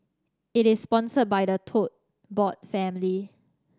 it is sponsored by the Tote Board family